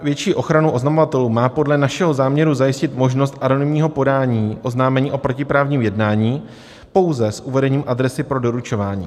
Větší ochranu oznamovatelů má podle našeho záměru zajistit možnost anonymního podání oznámení o protiprávním jednání pouze s uvedením adresy pro doručování.